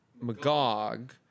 Magog